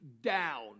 down